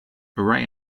array